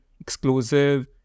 exclusive